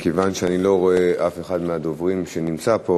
מכיוון שאני לא רואה אף אחד מהדוברים שנמצא פה,